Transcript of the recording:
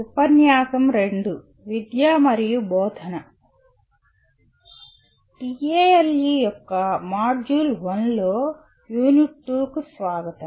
TALE యొక్క module 1 లో unit 2 కు స్వాగతం